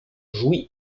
jouy